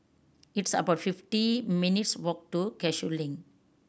it's about fifty minutes' walk to Cashew Link